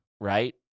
right